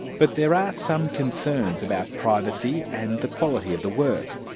but there are some concerns about privacy and the quality of the work.